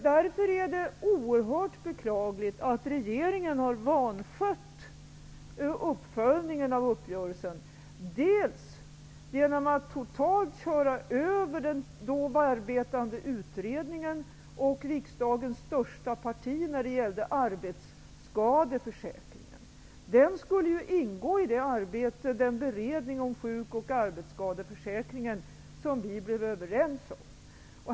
Därför är det oerhört beklagligt att regeringen har vanskött uppföljningen av uppgörelsen dels genom att totalt köra över den då arbetande utredningen, dels genom att köra över riksdagens största parti i fråga om arbetsskadeförsäkringen. Den skulle ju ingå i den beredning av sjuk och arbetsskadeförsäkringen som vi var överens om.